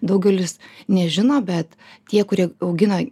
daugelis nežino bet tie kurie augina